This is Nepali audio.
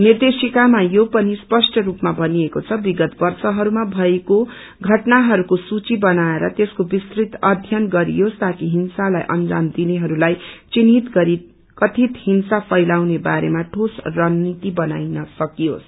निर्देशिकामा यो पिन स्पष्ट रूपमा भनिएको छ विगत वर्षहरूमा भएको षटनाहरूको सूचि बनाएर त्यसको विस्तृत अध्ययन गरियोस ताकि हिंसालाई अन्जाम दिनेहरूलाई चिन्हीत गरी कथित हिंसा फैलाउने बारेमा ठोस रणीति बनाईन सकियोस